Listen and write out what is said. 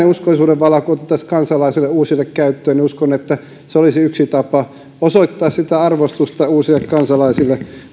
uskollisuudenvala otettaisiin uusille kansalaisille käyttöön se olisi yksi tapa osoittaa uusille kansalaisille sitä arvostusta